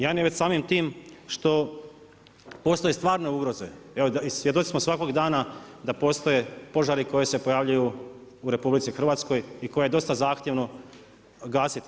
Jedan je već samim tim što postoje stvarne ugroze, svjedoci smo svakoga dana da postoje požari koji se pojavljuju u RH, i koje je dosta zahtjevno gasiti.